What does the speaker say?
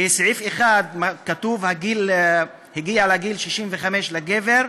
בסעיף 1 כתוב: הגיע לגיל 65 לגבר,